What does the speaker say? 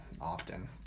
often